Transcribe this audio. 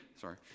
sorry